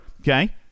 Okay